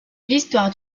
l’histoire